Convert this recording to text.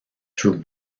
through